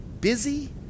busy